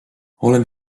olen